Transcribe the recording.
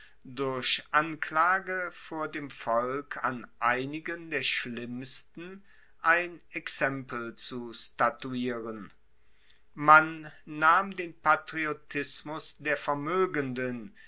durch anklage vor dem volk an einigen der schlimmsten ein exempel zu statuieren man nahm den patriotismus der vermoegenden